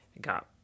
got